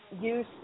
use